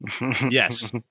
Yes